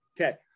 okay